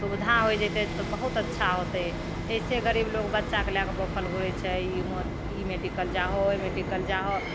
सुबिधा हो जेतै तऽ बहुत अच्छा होयतै एहिसे गरीब लोग बच्चाके लऽके बौखल घूरैत छै ई मेडिकल जाहो ओहि मेडिकल जाहो